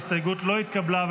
ההסתייגות לא התקבלה.